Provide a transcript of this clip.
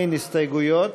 אין הסתייגויות.